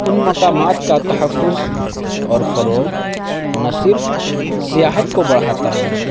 ان مقامات کا تحفظ اور فروغ نہ صرف سیاحت کو بڑھاتا ہے